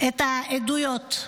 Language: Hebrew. את העדויות.